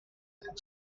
and